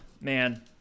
Man